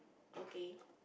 okay